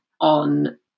on